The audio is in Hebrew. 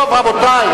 טוב, רבותי.